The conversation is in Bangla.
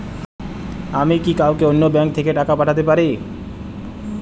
আমি কি কাউকে অন্য ব্যাংক থেকে টাকা পাঠাতে পারি?